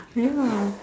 ya